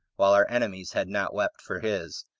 while our enemies had not wept for his,